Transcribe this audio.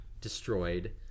destroyed